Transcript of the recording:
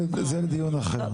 זה לדיון אחר.